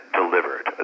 delivered